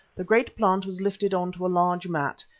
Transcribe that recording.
the great plant was lifted on to a large mat,